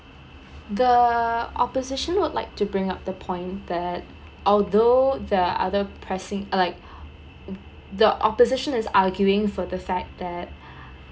the opposition would like to bring up the point that although they're other pressing like th~ the opposition is arguing for the fact that